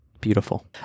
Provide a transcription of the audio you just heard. beautiful